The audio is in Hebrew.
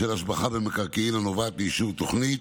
בשל השבחה במקרקעין הנובעת מאישור תוכנית,